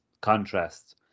contrast